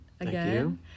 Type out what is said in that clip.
again